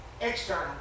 external